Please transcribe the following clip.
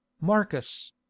Marcus